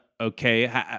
Okay